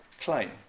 claim